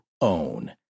own